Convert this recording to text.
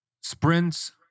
sprints